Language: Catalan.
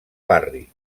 barri